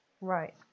Right